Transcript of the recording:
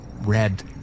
red